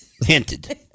Hinted